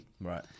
Right